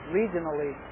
regionally